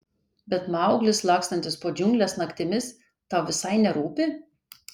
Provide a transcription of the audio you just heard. bet mauglis lakstantis po džiungles naktimis tau visai nerūpi